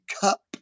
cup